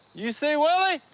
you see willie?